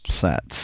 sets